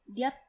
Dia